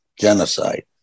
Genocide